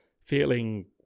feeling